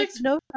No